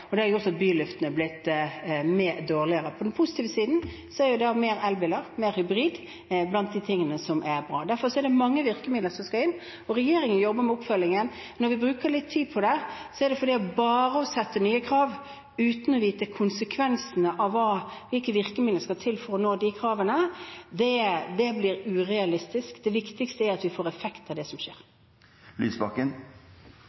er blant de tingene som er bra. Derfor er det mange virkemidler som skal settes inn. Regjeringen jobber med oppfølgingen. Når vi bruker litt tid på det, er det fordi det å bare sette nye krav uten å vite konsekvensene av de virkemidlene som skal til for å nå kravene, blir urealistisk. Det viktigste er at vi får effekt av det som